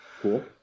Cool